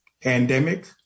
pandemic